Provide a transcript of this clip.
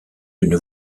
d’une